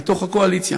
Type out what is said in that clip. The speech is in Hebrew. מתוך הקואליציה,